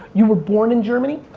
you were born in germany?